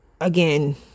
again